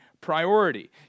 priority